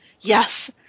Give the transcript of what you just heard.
yes